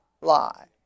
lie